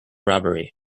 robbery